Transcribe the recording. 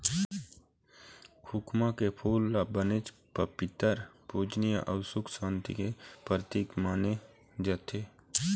खोखमा के फूल ल बनेच पबित्तर, पूजनीय अउ सुख सांति के परतिक माने जाथे